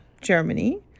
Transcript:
Germany